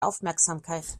aufmerksamkeit